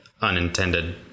unintended